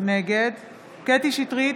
נגד קטי קטרין שטרית,